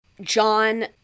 John